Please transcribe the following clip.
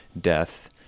death